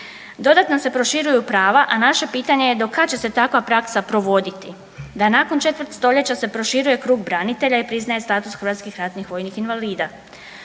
Dodatno se proširuju prava, a naše pitanje je do kad će se takva praksa provoditi, da nakon četvrt stoljeća se proširuje krug branitelja i priznaje status hrvatskih